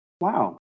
Wow